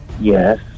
Yes